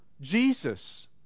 Jesus